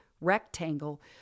rectangle